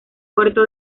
puerto